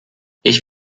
ich